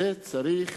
זה צריך